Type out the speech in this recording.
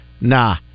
nah